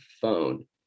phone